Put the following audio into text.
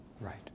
Right